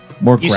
more